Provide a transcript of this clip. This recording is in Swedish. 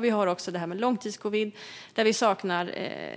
Vi har också det här med långtidscovid, där vi saknar